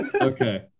okay